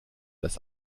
das